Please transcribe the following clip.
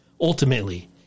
Ultimately